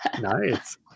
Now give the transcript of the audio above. nice